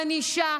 ענישה,